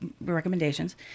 recommendations